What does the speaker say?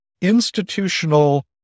institutional